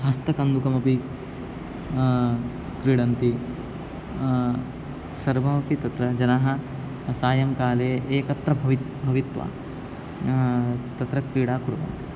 हस्तकन्दुकमपि क्रीडन्ति सर्वः अपि तत्र जनः सायङ्काले एकत्र भवन्ति भूत्वा तत्र क्रीडा कुर्वन्ति